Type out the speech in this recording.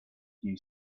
few